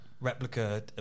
replica